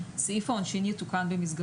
סעיף העונשין יתוקן.